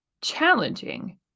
challenging